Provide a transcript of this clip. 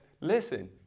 listen